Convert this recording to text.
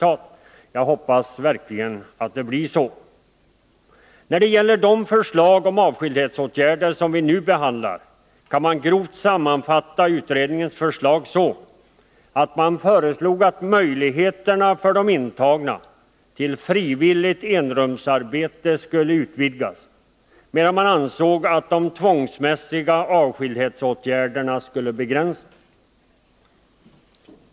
Jag hoppas verkligen att det blir så. När det gäller de förslag om avskildhetsåtgärder som vi nu behandlar, kan man grovt sammanfatta utredningens förslag så, att den föreslog att möjligheten för de intagna till frivilligt enrumsarbete skulle utvidgas, medan den ansåg att de tvångsmässiga avskildhetsåtgärderna skulle begränsas.